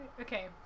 Okay